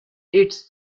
its